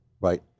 Right